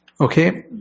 Okay